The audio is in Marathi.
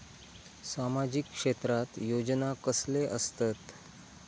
सामाजिक क्षेत्रात योजना कसले असतत?